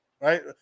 right